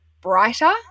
brighter